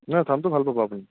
না ধানটো ভাল পাব আপুনি